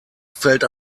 fällt